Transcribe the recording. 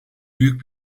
büyük